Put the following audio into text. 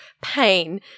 pain